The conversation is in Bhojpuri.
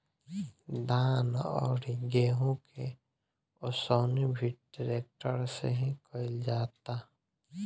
धान अउरी गेंहू के ओसवनी भी ट्रेक्टर से ही कईल जाता